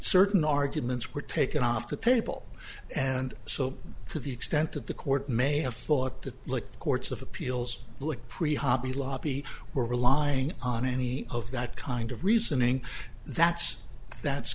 certain arguments were taken off the table and so to the extent that the court may have thought the courts of appeals look pretty hobby lobby we're relying on any of that kind of reasoning that's that's